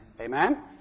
Amen